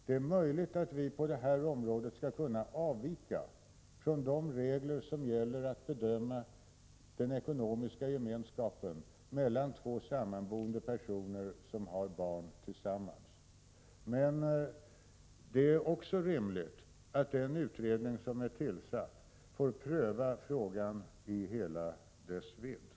Det är möjligt att vi på detta område skall kunna avvika från de regler som gäller vid bedömningen av den ekonomiska gemenskapen mellan två sammanboende personer som har barn tillsammans. Men det är också rimligt att den utredning som är tillsatt får pröva frågan i hela dess vidd.